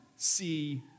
see